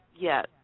yes